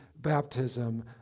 baptism